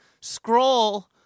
scroll